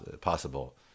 possible